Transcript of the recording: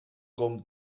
con